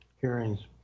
hearings